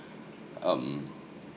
um